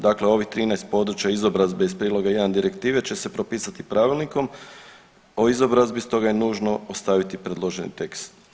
Dakle ovih 13 područja izobrazbe iz prijedloga 1 direktive će se propisati pravilnikom o izobrazbi stoga je nužno ostaviti predloženi tekst.